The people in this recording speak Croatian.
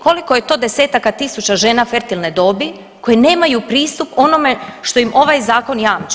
Koliko je to desetaka tisuća žena fertilne dobi koje nemaju pristup onome što im ovaj zakon jamči?